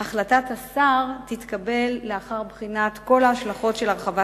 החלטת השר תתקבל לאחר בחינת כל ההשלכות של הרחבת